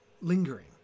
lingering